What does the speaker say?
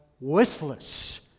worthless